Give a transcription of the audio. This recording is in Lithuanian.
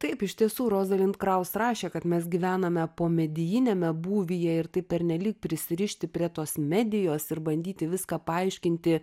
taip iš tiesų roza lindkraus rašė kad mes gyvename pomedijiniame būvyje ir taip pernelyg prisirišti prie tos medijos ir bandyti viską paaiškinti